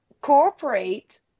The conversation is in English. cooperate